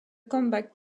combat